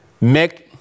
make